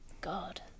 god